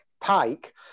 pike